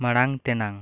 ᱢᱟᱲᱟᱝ ᱛᱮᱱᱟᱜ